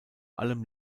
allem